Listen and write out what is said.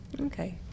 Okay